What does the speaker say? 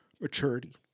maturity